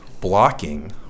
blocking